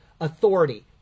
authority